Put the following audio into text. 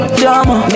drama